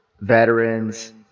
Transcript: veterans